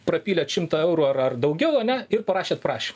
prapylėt šimtą eurų ar ar daugiau ane ir parašėt prašymą